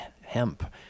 hemp